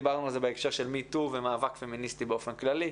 דיברנו על זה בהקשר של me too ומאבק פמיניסטי באופן כללי.